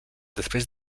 després